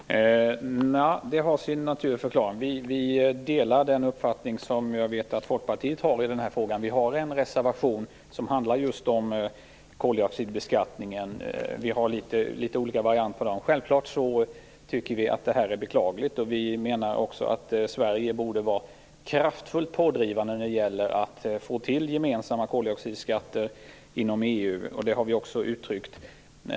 Herr talman! Det har sin naturliga förklaring. Vi delar den uppfattning som jag vet att Folkpartiet har i den här frågan. Vi har en reservation som handlar om just koldioxidbeskattningen. Självklart tycker vi att det här är beklagligt, och vi menar också att Sverige borde vara kraftfullt pådrivande när det gäller att få till stånd gemensamma koldioxidskatter inom EU, och det har vi också uttryckt.